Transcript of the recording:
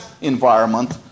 environment